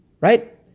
right